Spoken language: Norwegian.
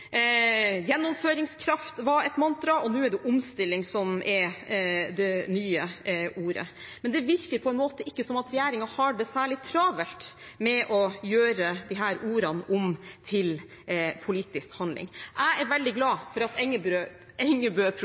Gjennomføringskraft var et mantra. Og nå er det «omstilling» som er det nye ordet. Men det virker på en måte som om regjeringen ikke har det særlig travelt med å gjøre disse ordene om til politisk handling. Jeg er veldig glad for at